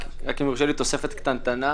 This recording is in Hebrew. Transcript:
רק אם יורשה לי תוספת קטנטנה,